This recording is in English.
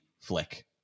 flick